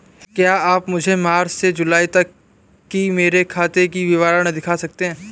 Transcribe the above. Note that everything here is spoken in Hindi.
क्या आप मुझे मार्च से जूलाई तक की मेरे खाता का विवरण दिखा सकते हैं?